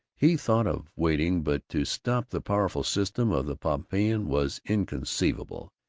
he thought of waiting, but to stop the powerful system of the pompeian was inconceivable,